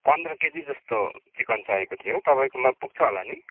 पन्ध्र केजि जस्तो चिकन चाहिएको थियो तपाईँकोमा पुग्छ होला नि